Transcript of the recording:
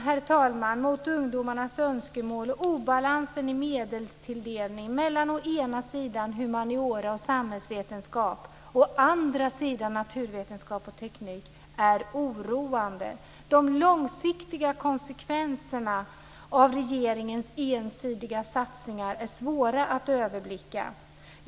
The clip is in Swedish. Nonchalansen mot ungdomarnas önskemål och obalansen i medelstilldelning mellan å ena sidan humaniora och samhällsvetenskap och å andra sidan naturvetenskap och teknik är oroande. De långsiktiga konsekvenserna av regeringens ensidiga satsningar är svåra att överblicka.